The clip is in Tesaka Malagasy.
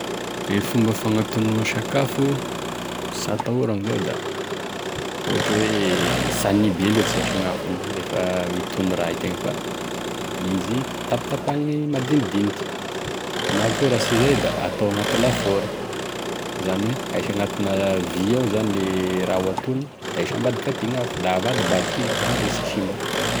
E fomba fagnatonoa sakafo sy atahora zao da ohatra hoe sy hany be lotry zany gne afony rehefa mitono raha itegna fa izy tapatapahagny madinidiniky na koa raha sy izay da atao agnaty laforo, izany hoe ahisy agnatin'e vy ao zany gne raha ho atono da ahisy ambadiky aty gne afo da avidibadiky izy da amizay sy simba.